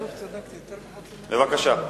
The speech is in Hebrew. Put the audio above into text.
בבקשה.